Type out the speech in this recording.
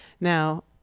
Now